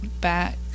Back